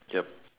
yup